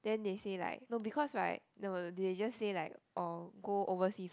then they say like no because right no they just say like or go overseas lor